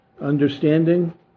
understanding